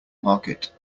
market